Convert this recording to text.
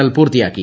L പൂർത്തിയാക്കി